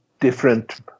different